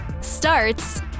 starts